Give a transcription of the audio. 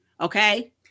okay